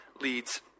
leads